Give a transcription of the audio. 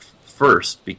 first